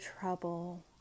trouble